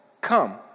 come